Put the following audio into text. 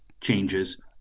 changes